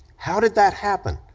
how did that happen,